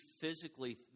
physically